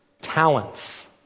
Talents